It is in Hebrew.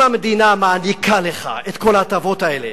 אם כבר המדינה מעניקה לך את כל ההטבות האלה,